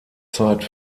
zeit